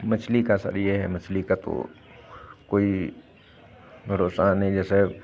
मछली का सर ये है मछली का तो कोई भरोसा नहीं है सर